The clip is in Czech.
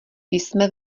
jsme